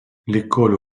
l’école